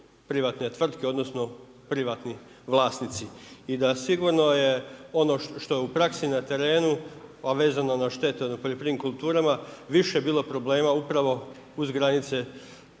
privatne tvrtke odnosni privatni vlasnici. I da sigurno ono što je u praksi i na terenu, a vezano na štete u poljoprivrednim kulturama, više bilo problema upravo uz granice